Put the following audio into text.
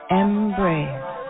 embrace